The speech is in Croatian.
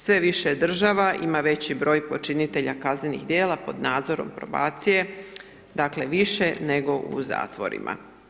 Sve više država ima veći broj počinitelja kaznenih dijela pod nadzorom probacije, dakle više nego u zatvorima.